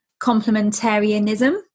complementarianism